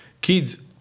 kids